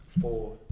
four